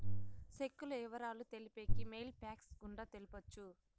సెక్కుల ఇవరాలు తెలిపేకి మెయిల్ ఫ్యాక్స్ గుండా తెలపొచ్చు